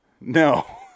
No